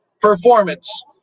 performance